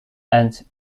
and